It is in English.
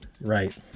right